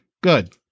good